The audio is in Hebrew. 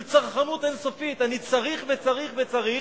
של צרכנות אין-סופית, אני צריך וצריך וצריך,